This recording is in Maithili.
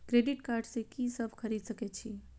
क्रेडिट कार्ड से की सब खरीद सकें छी?